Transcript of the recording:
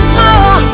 more